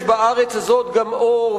יש בארץ הזאת גם אור,